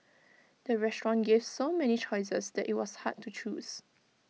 the restaurant gave so many choices that IT was hard to choose